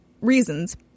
reasons